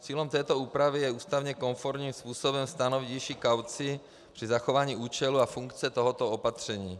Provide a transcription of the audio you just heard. Cílem této úpravy je ústavně konformním způsobem stanovit nižší kauci při zachování účelu a funkce tohoto opatření.